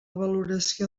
valoració